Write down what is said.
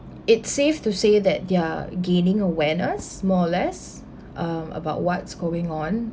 it's safe to say that they're gaining awareness more or less um about what's going on